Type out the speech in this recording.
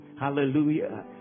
Hallelujah